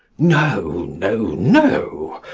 no, no, no,